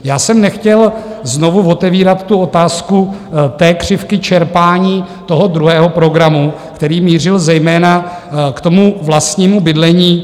Já jsem nechtěl znovu otevírat otázku křivky čerpání toho druhého programu, který mířil zejména k vlastnímu bydlení.